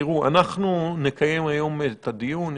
תראו, אנחנו נקיים היום את הדיון.